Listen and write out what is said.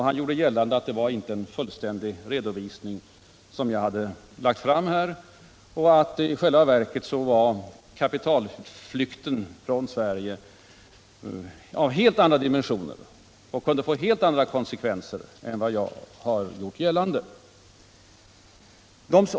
Han gjorde gällande att det inte var en fullständig redovisning som jag har lagt fram och att kapitalutförseln från Sverige i själva verket är av helt andra dimensioner och kan få helt andra konsekvenser än jag har angivit.